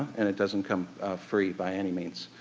and it doesn't come free by any means,